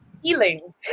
healing